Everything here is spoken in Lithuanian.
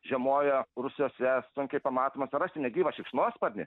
žiemoja rūsiuose sunkiai pamatomas rasti negyvą šikšnosparnį